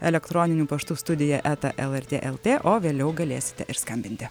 elektroniniu paštu studija eta lrt lt o vėliau galėsite ir skambinti